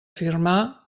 firmar